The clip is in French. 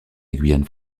guyane